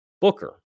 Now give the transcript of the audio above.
Booker